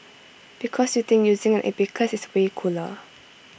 because you think using an abacus is way cooler